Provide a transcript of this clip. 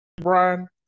Brian